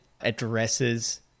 addresses